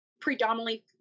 predominantly